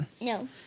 No